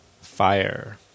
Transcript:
Fire